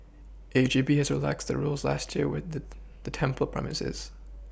H E B has relaxed the rules last year within the temple premises